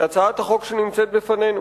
הצעת החוק שנמצאת לפנינו.